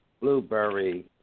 Blueberry